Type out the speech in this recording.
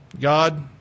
God